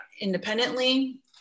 independently